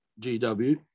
GW